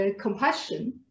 compassion